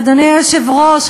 אדוני היושב-ראש,